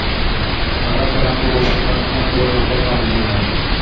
हरा चना को रोपने का समय अक्टूबर नवंबर का महीना है